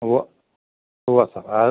ഉവ്വ് ഉവ്വ് സാർ